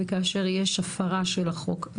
וכאשר יש הפרה של החוק.